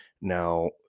now